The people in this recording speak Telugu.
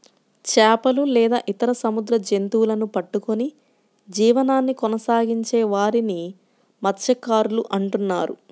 చేపలు లేదా ఇతర సముద్ర జంతువులను పట్టుకొని జీవనాన్ని కొనసాగించే వారిని మత్య్సకారులు అంటున్నారు